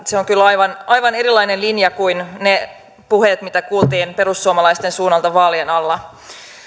se on kyllä aivan aivan erilainen linja kuin niissä puheissa mitä kuultiin perussuomalaisten suunnalta vaalien alla